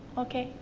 okay.